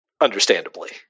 Understandably